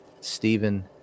Stephen